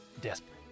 desperate